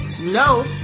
No